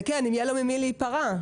כן, אם יהיה לו ממי להיפרע.